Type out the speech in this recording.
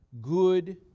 good